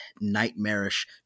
nightmarish